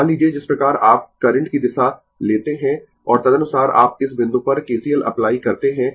मान लीजिए जिस प्रकार आप करंट की दिशा लेते है और तदनुसार आप इस बिंदु पर KCL अप्लाई करते है